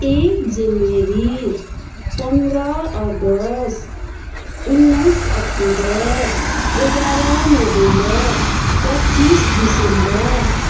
एक जेनवरी पन्ध्र अगस्ट उन्नाइस अक्टोबर एघार नोभेम्बर पच्चिस डिसेम्बर